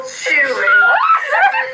chewing